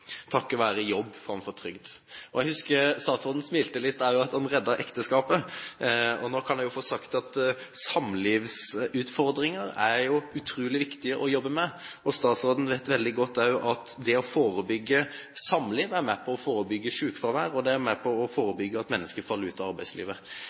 takket være jobb framfor trygd. Jeg husker statsråden smilte litt da jeg sa at han reddet ekteskapet. Nå kan jeg jo få sagt at det er utrolig viktig å jobbe med samlivsutfordringer. Statsråden vet jo veldig godt at det å forebygge samlivsproblemer er med på å forebygge sykefravær, og det er med på å